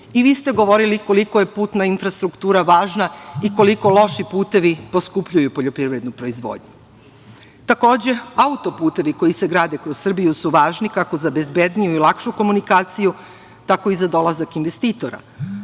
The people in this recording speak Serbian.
i vi ste govorili kolika je putna infrastruktura važna i koliko loši putevi poskupljuju poljoprivrednu proizvodnju. Takođe, autoputevi koji se grade kroz Srbiju su važni, kako za bezbedniju i lakšu komunikaciju, tako i za dolazak investitora,